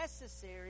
necessary